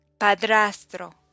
Padrastro